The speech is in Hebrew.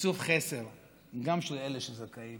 תקצוב חסר גם של אלה שזכאים